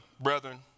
brethren